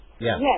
Yes